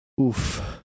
oof